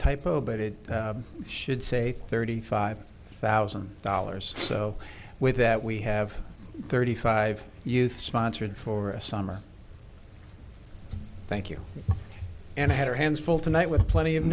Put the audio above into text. typo but it should say thirty five thousand dollars so with that we have thirty five youth sponsored for a summer thank you and had her hands full tonight with plenty of